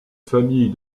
famille